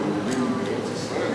בארץ-ישראל,